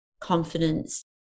confidence